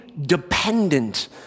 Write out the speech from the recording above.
dependent